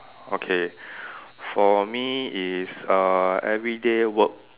okay for me is uh everyday work